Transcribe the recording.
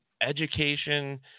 education